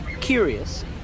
curious